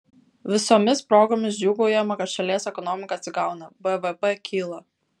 visomis progomis džiūgaujama kad šalies ekonomika atsigauna bvp kyla